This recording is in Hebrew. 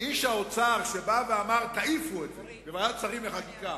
איש האוצר, שבא ואמר בוועדת השרים לחקיקה,